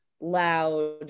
loud